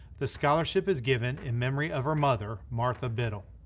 the scholarship is given in memory of her mother, martha biddle.